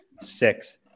six